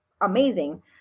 amazing